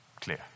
Clear